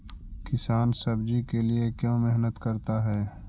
किसान सब्जी के लिए क्यों मेहनत करता है?